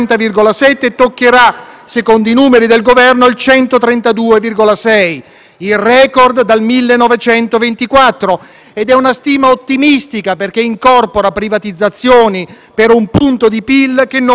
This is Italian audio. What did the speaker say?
secondo i numeri del Governo, il 132,6 per cento. È il *record* dal 1924 ed è una stima ottimistica perché incorpora privatizzazioni per un punto di PIL che non verranno mai fatte.